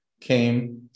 came